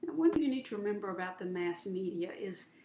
one thing you need to remember about the mass media is,